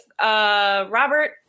Robert